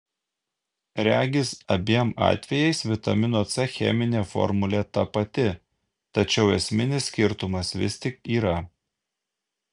regis abiem atvejais vitamino c cheminė formulė ta pati tačiau esminis skirtumas vis tik yra